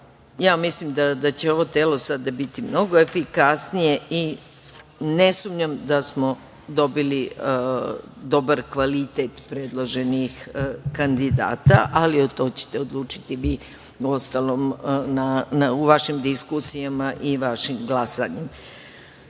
tela. Mislim da će ovo telo sada biti mnogo efikasnije i ne sumnjam da smo dobili dobar kvalitet predloženih kandidata, ali to ćete odlučiti vi u vašim diskusijama i vašim glasanjem. Svako